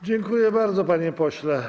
Dziękuję bardzo, panie pośle.